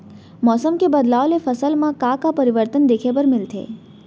मौसम के बदलाव ले फसल मा का का परिवर्तन देखे बर मिलथे?